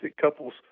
couples